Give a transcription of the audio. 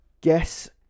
guess